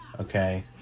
Okay